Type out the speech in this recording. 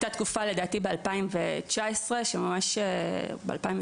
הייתה תקופה ב-2018 או ב-2019,